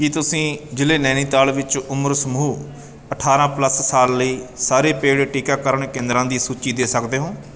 ਕੀ ਤੁਸੀਂ ਜ਼ਿਲ੍ਹੇ ਨੈਨੀਤਾਲ ਵਿੱਚ ਉਮਰ ਸਮੂਹ ਅਠਾਰਾਂ ਪਲੱਸ ਸਾਲ ਲਈ ਸਾਰੇ ਪੇਡ ਟੀਕਾਕਰਨ ਕੇਂਦਰਾਂ ਦੀ ਸੂਚੀ ਦੇ ਸਕਦੇ ਹੋ